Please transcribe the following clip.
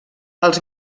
els